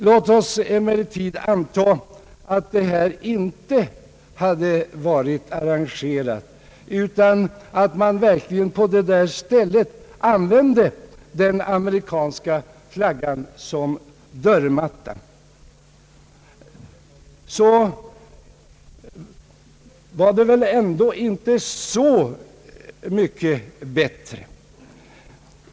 Låt oss emellertid anta att det här inte hade varit arrangerat, utan att man verkligen på det där stället använde den amerikanska flaggan som dörrmatta. I så fall var det ändå inte så mycket bättre.